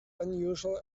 unusual